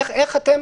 איך אתם